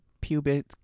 pubic